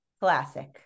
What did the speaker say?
classic